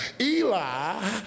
Eli